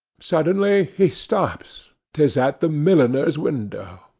suddenly he stops tis at the milliner's window.